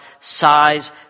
Size